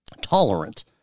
tolerant